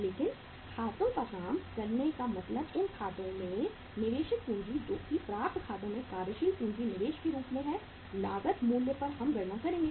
लेकिन खातों पर काम करने का मतलब उन खातों में निवेशित पूंजी जोकि प्राप्त खातों में कार्यशील पूंजी निवेश के रूप में है लागत मूल्य पर हम गणना करेंगे